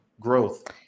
growth